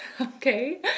Okay